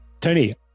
Tony